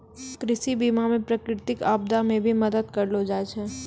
कृषि बीमा मे प्रकृतिक आपदा मे भी मदद करलो जाय छै